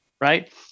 right